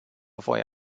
voi